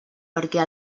perquè